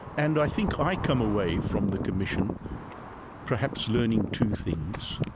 and i think i come away from the commission perhaps learning two things,